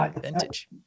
vintage